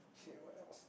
she what else